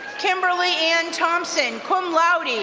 kimberly ann thompson, cum laude,